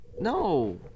No